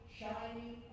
shining